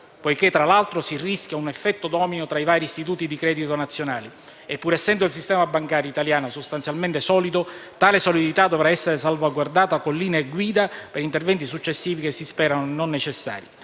poiché, tra l'altro, si rischia un effetto domino tra i vari istituti di credito nazionali. E pur essendo il sistema bancario italiano sostanzialmente solido, tale solidità dovrà essere salvaguardata con linee guida per interventi successivi che si sperano non necessari.